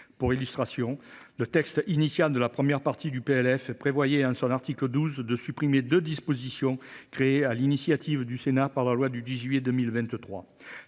Pour illustration, je rappelle que le texte initial de la première partie du PLF prévoyait en son article 12 de supprimer deux dispositions créées sur l’initiative du Sénat par la loi du 10